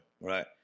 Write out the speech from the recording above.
right